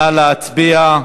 נא להצביע.